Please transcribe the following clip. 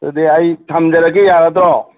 ꯑꯗꯨꯗꯤ ꯑꯩ ꯊꯝꯖꯔꯒꯦ ꯌꯥꯔꯗ꯭ꯔꯣ